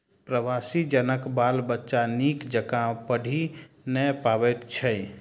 प्रवासी जनक बाल बच्चा नीक जकाँ पढ़ि नै पबैत छै